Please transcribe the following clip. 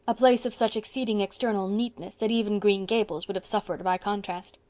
a place of such exceeding external neatness that even green gables would have suffered by contrast.